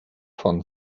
von